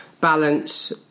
balance